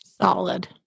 Solid